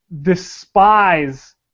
despise